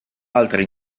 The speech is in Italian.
altre